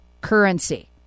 currency